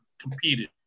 competed